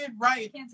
right